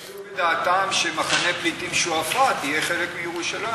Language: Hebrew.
לא העלו בדעתם שמחנה הפליטים שועפאט יהיה חלק מירושלים.